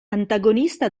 antagonista